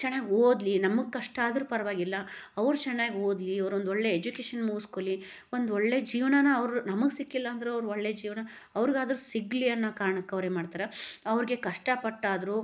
ಚೆನ್ನಾಗಿ ಓದಲಿ ನಮಗೆ ಕಷ್ಟ ಆದರೂ ಪರವಾಗಿಲ್ಲ ಅವ್ರು ಚೆನ್ನಾಗಿ ಓದಲಿ ಅವ್ರೊಂದು ಒಳ್ಳೆಯ ಎಜುಕೇಶನ್ ಮುಗಿಸ್ಕೊಳ್ಳಿ ಒಂದೊಳ್ಳೆಯ ಜೀವನನ ಅವ್ರು ನಮಗೆ ಸಿಕ್ಕಿಲ್ಲ ಅಂದರೂ ಒಳ್ಳೆಯ ಜೀವನ ಅವ್ರಿಗಾದ್ರು ಸಿಗಲಿ ಅನ್ನೊ ಕಾರ್ಣಕ್ಕೆ ಅವ್ರೇನು ಮಾಡ್ತಾರೆ ಅವ್ರಿಗೆ ಕಷ್ಟಪಟ್ಟಾದರೂ